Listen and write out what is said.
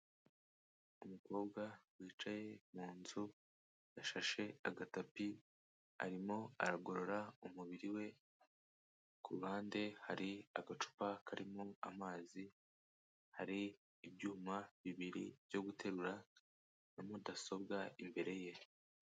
Umukobwa wicaye mu inzu yashashe agatapi arimo aragorora umubiri we kuruhande hari agacupa karimo amazi hari ibyuma bibiri byo guterura na mudasobwa imbere ye.